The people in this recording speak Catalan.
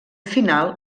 final